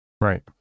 Right